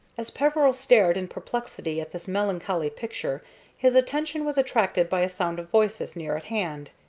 as peveril stared in perplexity at this melancholy picture his attention was attracted by a sound of voices near at hand.